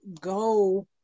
go